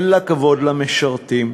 אין לה כבוד למשרתים.